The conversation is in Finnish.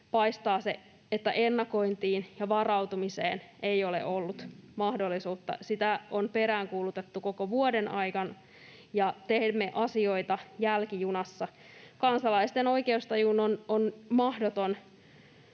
paistaa se, että ennakointiin ja varautumiseen ei ole ollut mahdollisuutta. Sitä on peräänkuulutettu koko vuoden ajan, ja teemme asioita jälkijunassa. Kansalaisten oikeustajuun on mahdotonta